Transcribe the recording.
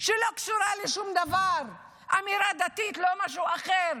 שלא קשורה לשום דבר, אמירה דתית, לא משהו אחר,